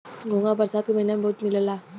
घोंघा बरसात के महिना में बहुते मिलला